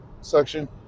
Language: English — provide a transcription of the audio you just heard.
section